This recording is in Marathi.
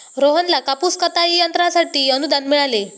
रोहनला कापूस कताई यंत्रासाठी अनुदान मिळाले